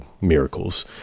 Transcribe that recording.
miracles